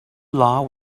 law